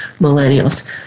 millennials